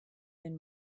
been